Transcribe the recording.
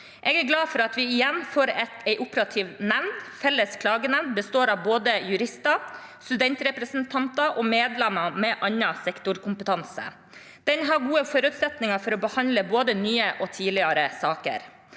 Jeg er glad for at vi igjen får en operativ nemnd. Felles klagenemnd består av både jurister, studentrepresentanter og medlemmer med annen sektorkompetanse. Den har gode forutsetninger for å behandle både nye og tidligere saker.